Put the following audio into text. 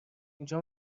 اینجا